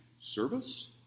service